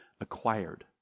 acquired